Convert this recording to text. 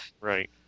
right